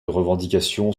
revendication